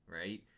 right